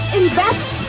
invest